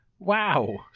Wow